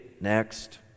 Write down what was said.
next